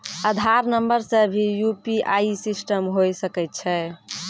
आधार नंबर से भी यु.पी.आई सिस्टम होय सकैय छै?